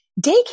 Daycare